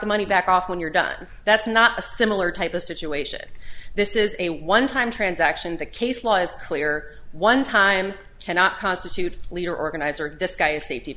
the money back off when you're done that's not a similar type of situation this is a one time transaction the case lies one time cannot constitute a leader organizer disguise